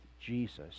Jesus